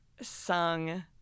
sung